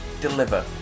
deliver